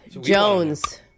Jones